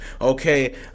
okay